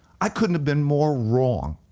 i couldn't have been more wrong.